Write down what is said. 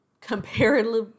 comparatively